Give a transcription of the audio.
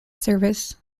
service